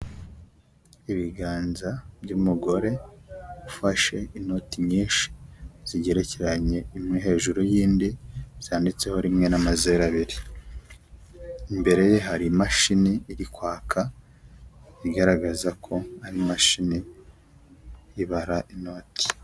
Ibiganza by'umugore ufashe inoti nyinshi zigerekeranye imwe hejuru y'indi, zanditseho rimwe nama abiri, imbere ye hari imashini iri kwaka igaragaza ko ari imashini ibara inoti.